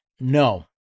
No